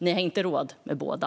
Ni har inte råd med båda.